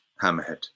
hammerhead